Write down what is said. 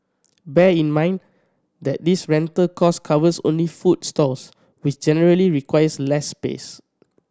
bear in mind that this rental cost covers only food stalls which generally requires less space